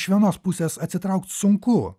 iš vienos pusės atsitraukt sunku